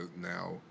now